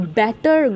better